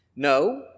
No